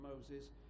Moses